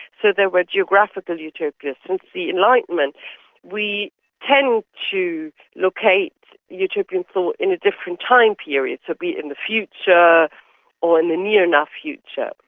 so they were geographical utopias. since the enlightenment we tend to locate utopian thought in a different time period, to be in the future or in the near enough future.